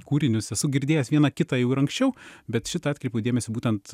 kūrinius esu girdėjęs vieną kitą jau ir anksčiau bet į šitą atkreipiau dėmesį būtent